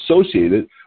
associated